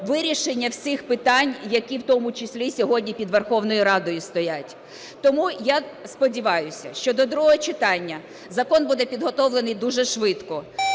вирішення всіх питань, які в тому числі, сьогодні під Верховною Радою стоять. Тому я сподіваюсь, що до другого читання закон буде підготовлений дуже швидко